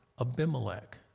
Abimelech